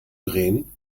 drehen